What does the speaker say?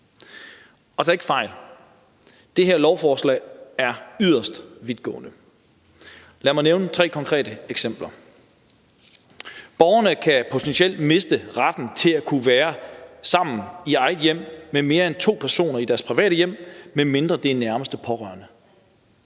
Og tag ikke fejl: Det her lovforslag er yderst vidtgående. Lad mig nævne fire konkrete eksempler. 1) Borgerne kan potentielt miste retten til at kunne være sammen med mere end to personer i deres eget private hjem, medmindre det er nærmeste pårørende.